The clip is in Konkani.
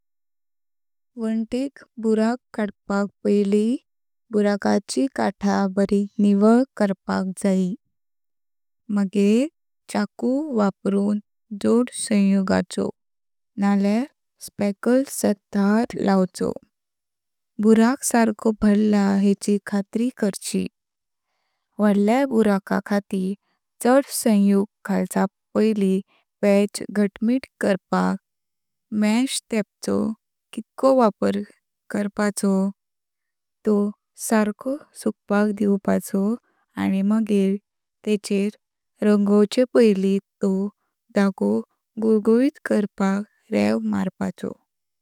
वांटिक बुराक कडपाक पायली बुराकाची कथा बरी निवळ करपाक जाय मगे चाकू वापरुन जोड संयोगाचो नाळ्या स्पैकल्स चे थर लावचे। बुराक सर्को भरला हेचि खात्री करचि। व्हडल्या बुरका खातीर चड संयुग घाल्चा पायली पॅच घात्मित करपाक मेष तेपाचो किडको वापर्चो, तो सर्को सुकपाक दिवपाचो आनी मगे तेचर रंगवचे पायली तो जागो गुळगुळीत करपाक रेव मारपाचो।